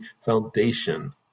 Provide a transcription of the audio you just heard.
foundation